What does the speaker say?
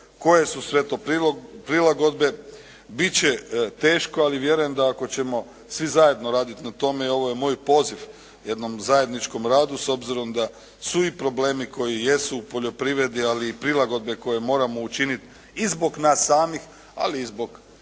koje su sve to prilagodbe. Bit će teško, ali vjerujem da ako ćemo svi zajedno raditi na tome i ovo je moj poziv jednom zajedničkom radu s obzirom da su i problemi koji jesu u poljoprivredi, ali i prilagodbe moramo učiniti i zbog nas samih, ali i zbog